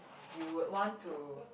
you would want to